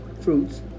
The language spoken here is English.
fruits